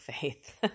faith